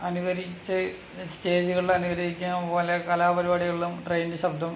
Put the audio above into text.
അനുകരിച്ച് സ്റ്റേജുകളിൽ അനുകരിക്കാൻ പോകുക എല്ലാ കലാപരിപാടികളിലും ട്രെയിനിൻ്റെ ശബ്ദം